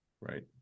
right